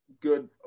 good